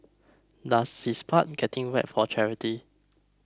does his part getting wet for charity